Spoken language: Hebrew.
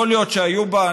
יכול להיות שהיו בה,